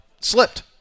slipped